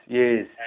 yes